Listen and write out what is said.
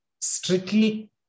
strictly